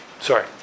sorry